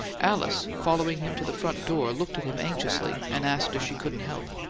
alice, following him to the front door, looked at him anxiously and asked if she couldn't help.